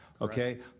Okay